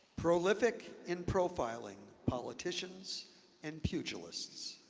prolific in profiling politicians and pugilists,